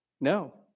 No